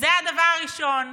זה הדבר הראשון.